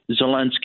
Zelensky